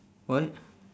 what